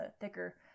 thicker